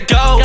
go